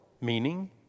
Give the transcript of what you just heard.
Meaning